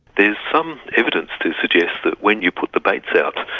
there is some evidence to suggest that when you put the baits out,